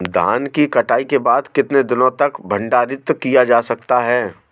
धान की कटाई के बाद कितने दिनों तक भंडारित किया जा सकता है?